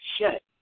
shut